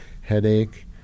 headache